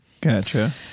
Gotcha